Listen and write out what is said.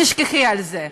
תשכחי מזה.